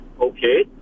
Okay